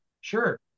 Sure